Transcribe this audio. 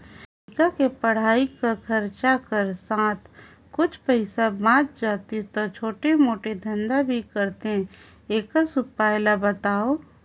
लइका के पढ़ाई कर खरचा कर साथ कुछ पईसा बाच जातिस तो छोटे मोटे धंधा भी करते एकस उपाय ला बताव?